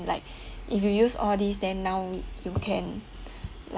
like if you use all these then now you can